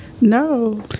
No